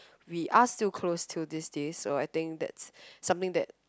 we are still close till these days so I think that's something that